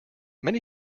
many